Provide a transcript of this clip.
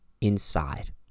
inside